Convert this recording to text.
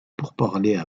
pourparlers